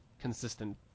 consistent